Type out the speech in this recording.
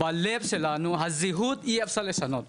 בלב שלנו, את הזהות אי אפשר לשנות.